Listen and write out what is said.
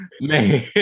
man